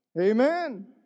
Amen